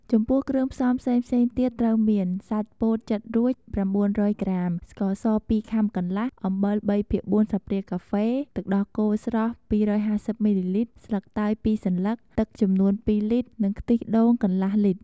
ចំពោះគ្រឿងផ្សំផ្សេងៗទៀតត្រូវមាន សាច់ពោតចិតរួច ៩០០ ក្រាម ស្ករស២ខាំកន្លះ អំបិល ៣ភាគ៤ស្លាបព្រាកាហ្វេ ទឹកដោះគោស្រស់២៥០មីលីលីត្រ ស្លឹកតើយ២សន្លឹក ទឹកចំនួន ២លីត្រនិងខ្ទិះដូង កន្លះលីត្រ។